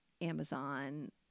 Amazon